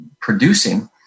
producing